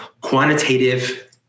Quantitative